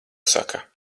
saka